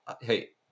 Hey